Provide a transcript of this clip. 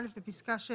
בפסקה (6),